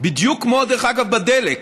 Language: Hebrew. כמו בדלק,